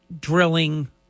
drilling